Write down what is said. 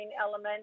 element